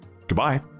Goodbye